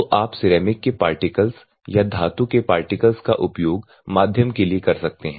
तो आप सिरेमिक के पार्टिकल्स या धातु के पार्टिकल्स का उपयोग माध्यम के लिए कर सकते हैं